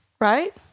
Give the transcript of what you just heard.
right